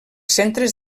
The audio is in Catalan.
centres